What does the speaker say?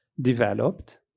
developed